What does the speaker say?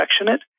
affectionate